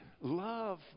Love